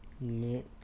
Nick